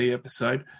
episode